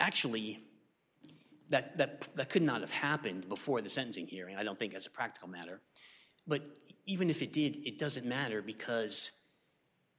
actually that could not have happened before the sentencing hearing i don't think as a practical matter but even if it did it doesn't matter because